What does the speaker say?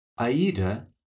Aida